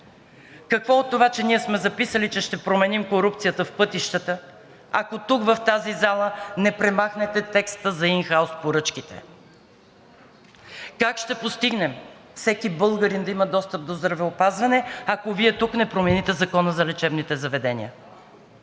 Какво от това, че сме записали, че ще променим корупцията в пътищата, ако тук в тази зала не премахнете текста за ин хаус поръчките?! Как ще постигнем всеки българин да има достъп до здравеопазване, ако Вие тук не промените Закона за лечебните заведения?!